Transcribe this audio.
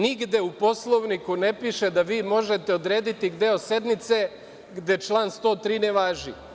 Nigde u Poslovniku ne piše da vi možete odrediti deo sednice gde član 103. ne važi.